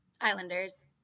Islanders